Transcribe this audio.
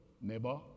neighbor